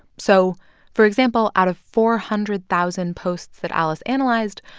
so for example, out of four hundred thousand posts that alice analyzed,